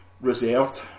reserved